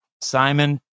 Simon